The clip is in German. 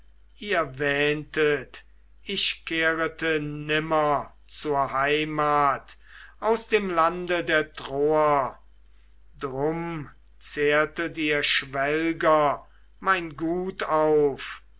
ihr wähntet ich kehrete nimmer zur heimat aus dem lande der troer drum zehrtet ihr schwelger mein gut auf